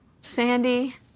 Sandy